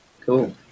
cool